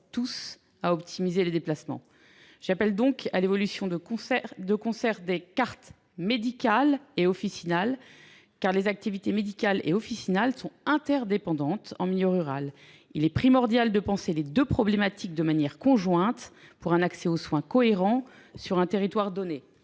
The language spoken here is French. tous à optimiser les déplacements. J’appelle donc à l’évolution de concert des cartes médicale et officinale, car ces deux activités sont interdépendantes en milieu rural. Il est primordial de penser les deux problématiques de manière conjointe pour un accès aux soins cohérent sur un territoire donné.